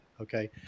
Okay